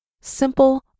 Simple